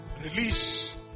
Release